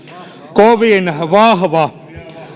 kovin vahva